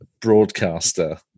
broadcaster